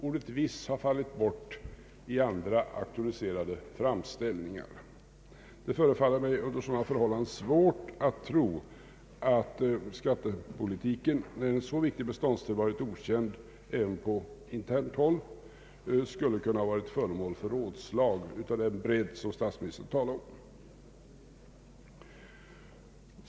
Ordet ”viss” har fallit bort i andra auktoriserade framställningar. Det förefaller mig under sådana förhållanden svårt att tro att skattepolitiken, när en så viktig beståndsdel varit okänd även på internt håll, skulle kunna ha varit föremål för rådslag av den bredd som statsministern talar om.